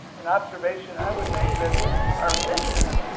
an observation i would make, that our mission,